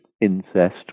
incest